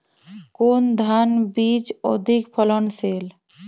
কোন ধান বীজ অধিক ফলনশীল?